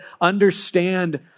understand